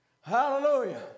Hallelujah